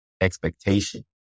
expectation